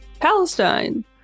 Palestine